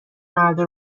مردا